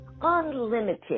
unlimited